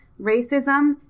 racism